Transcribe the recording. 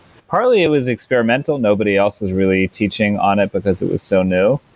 probably it was experimental. nobody else was really teaching on it, because it was so new.